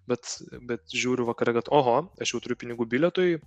bet bet žiūriu vakare kad oho aš jau turiu pinigų bilietui